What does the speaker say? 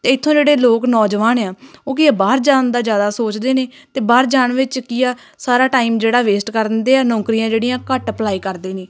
ਇਥੋਂ ਜਿਹੜੇ ਲੋਕ ਨੌਜਵਾਨ ਆ ਉਹ ਕੀ ਬਾਹਰ ਜਾਣ ਦਾ ਜ਼ਿਆਦਾ ਸੋਚਦੇ ਨੇ ਅਤੇ ਬਾਹਰ ਜਾਣ ਵਿੱਚ ਕੀ ਆ ਸਾਰਾ ਟਾਈਮ ਜਿਹੜਾ ਵੇਸਟ ਕਰ ਦਿੰਦੇ ਆ ਨੌਕਰੀਆਂ ਜਿਹੜੀਆਂ ਘੱਟ ਅਪਲਾਈ ਕਰਦੇ ਨੇ